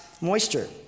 moisture